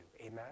Amen